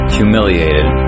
humiliated